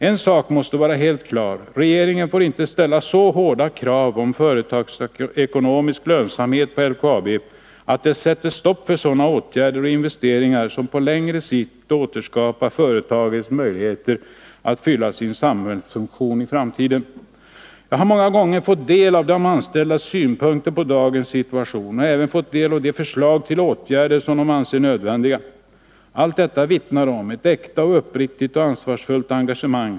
En sak måste vara helt klar: Regeringen får inte ställa så hårda krav på företagsekonomisk lönsamhet när det gäller LKAB att detta sätter stopp för sådana åtgärder och investeringar som på längre sikt återskapar företagets möjlighet att fylla sin samhällsfunktion. Jag har många gånger fått del av de anställdas synpunkter på dagens situation och även de förslag till åtgärder som de anser nödvändiga. Allt detta vittnar om ett äkta, uppriktigt och ansvarsfullt engagemang.